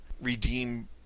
redeem